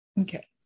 okay